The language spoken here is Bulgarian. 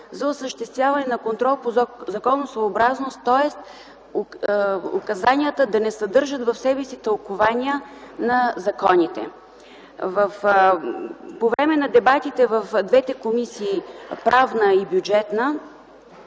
за осъществяване на контрол по законосъобразност, тоест указанията да не съдържат в себе си тълкувания на законите. По време на дебатите в двете комисии – Комисията